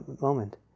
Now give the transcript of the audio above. moment